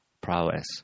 prowess